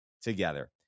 together